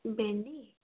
भेन्डी